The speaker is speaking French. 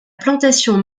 plantation